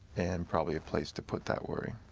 and probably a place to put that worry,